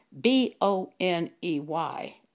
B-O-N-E-Y